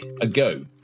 ago